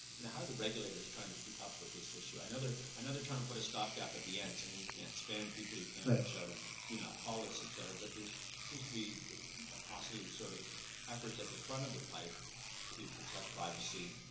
you know, how are the regulators trying to keep up with this issue. i know they're, i know they're trying to put a stop gap at the end, so that and you can't spam people, you can't reach out, and do not call lists, et cetera, but there seems to be a paucity of sort of efforts at the front of the pipe to protect privacy,